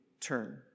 turn